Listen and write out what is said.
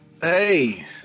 Hey